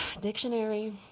dictionary